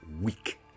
week